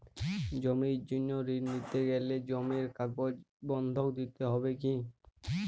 জমির জন্য ঋন নিতে গেলে জমির কাগজ বন্ধক দিতে হবে কি?